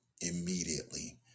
immediately